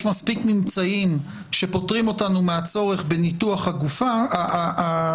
מספיק ממצאים שפוטרים אותנו מהצורך בניתוח הגופות,